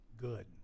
good